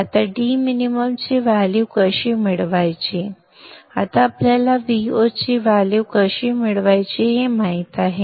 आता dmin ची value कशी मिळवायची आता आपल्याला Vo ची व्हॅल्यू कशी मिळवायची हे माहित आहे